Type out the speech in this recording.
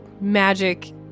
magic